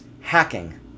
hacking